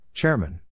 Chairman